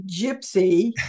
Gypsy